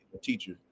teacher